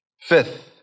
Fifth